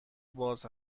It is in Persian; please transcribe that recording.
باز